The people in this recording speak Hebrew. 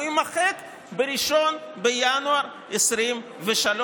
הוא יימחק ב-1 בינואר 2023,